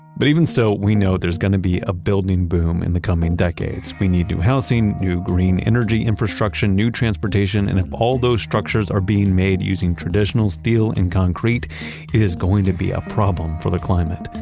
but even so, we know that there's going to be a building boom in the coming decades. we need new housing, new green energy infrastructure, new transportation, and if all those structures are being made using traditional steel and concrete, it is going to be a problem for the climate.